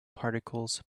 particles